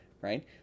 right